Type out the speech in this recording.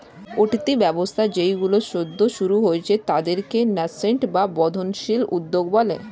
উঠতি ব্যবসা যেইগুলো সদ্য শুরু হয়েছে তাদেরকে ন্যাসেন্ট বা বর্ধনশীল উদ্যোগ বলে